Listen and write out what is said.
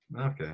Okay